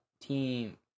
Team